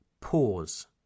pause